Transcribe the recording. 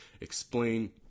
explain